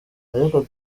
ariko